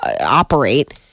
operate